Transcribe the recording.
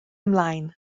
ymlaen